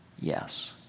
yes